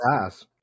ass